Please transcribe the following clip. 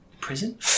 Prison